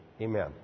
Amen